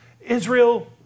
Israel